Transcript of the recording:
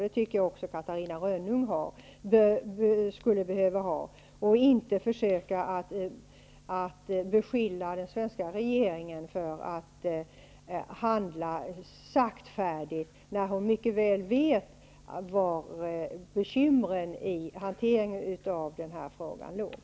Det tycker jag att Catarina Rönnung också skulle behöva ha och inte beskylla den svenska regeringen för att handla saktfärdigt. Hon vet mycket väl vari bekymren med hanteringen av denna fråga bestod.